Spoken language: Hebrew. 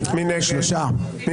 מי נגד?